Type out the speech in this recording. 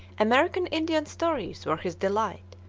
american indian stories were his delight,